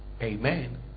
Amen